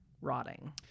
rotting